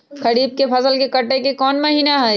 खरीफ के फसल के कटे के कोंन महिना हई?